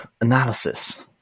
analysis